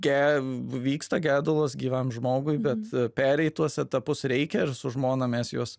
ge vyksta gedulas gyvam žmogui bet pereit tuos etapus reikia ir su žmona mes juos